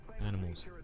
Animals